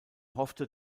hoffte